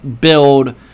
build